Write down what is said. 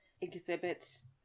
exhibits